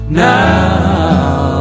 now